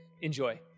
Enjoy